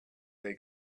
they